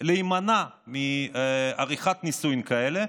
להימנע מעריכת נישואים כאלה,